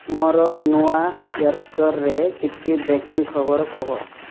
ମୋର ନ୍ୟୁୟର୍କରେ କିଛି ବ୍ରେକିଂ ଖବର କୁହ